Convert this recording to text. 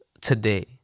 today